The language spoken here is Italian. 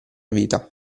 vita